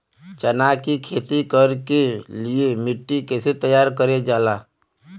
चना की खेती कर के लिए मिट्टी कैसे तैयार करें जाला?